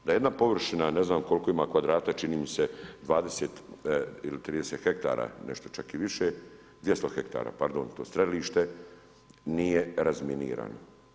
Da jedna površina, ne znam koliko ima kvadrata, čini mi se 20 ili 30 hektara, nešto čak i više, 200 hektara pardon, to strelište nije razminirano.